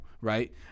right